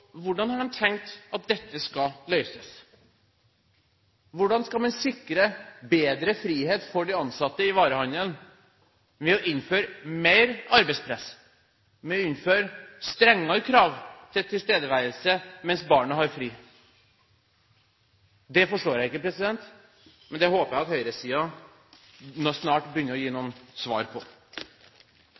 Hvordan har de tenkt at dette skal løses? Hvordan skal man sikre bedre frihet for de ansatte i varehandelen ved å innføre mer arbeidspress, ved å innføre strengere krav til tilstedeværelse mens barna har fri? Det forstår jeg ikke, men det håper jeg at høyresiden snart begynner å gi noen svar på.